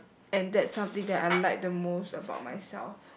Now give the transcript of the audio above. and that's something that I like the most about myself